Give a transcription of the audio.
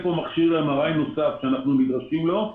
פה מכשיר MRI נוסף שאנחנו נדרשים לו,